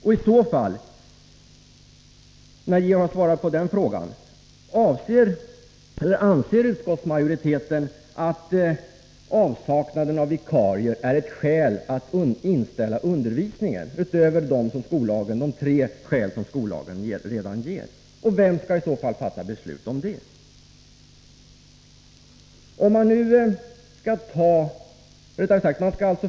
Och när Georg Andersson har svarat på den frågan: Anser utskottsmajoriteten att avsaknaden av vikarier är ett skäl att inställa undervisningen, utöver de tre skäl som skollagen redan medger? Vem skall i så fall fatta beslut om detta?